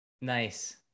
Nice